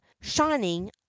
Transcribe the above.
shining